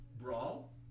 brawl